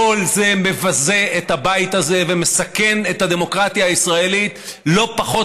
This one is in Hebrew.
כל זה מבזה את הבית הזה ומסכן את הדמוקרטיה הישראלית לא פחות